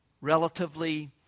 relatively